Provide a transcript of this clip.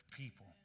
people